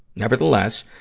nevertheless,